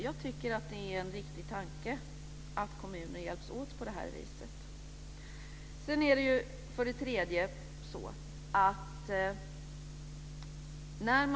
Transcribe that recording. Jag tycker att det är en riktig tanke att kommuner hjälps åt på det här viset.